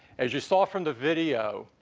as you saw from the video,